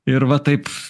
ir va taip